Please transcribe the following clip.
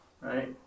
Right